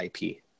IP